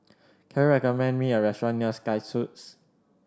can you recommend me a restaurant near Sky Suites